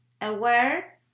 aware